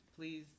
please